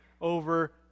over